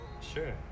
sure